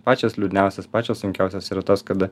pačios liūdniausios pačios sunkiausios yra tos kada